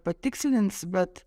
patikslins bet